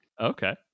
Okay